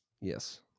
Yes